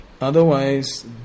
otherwise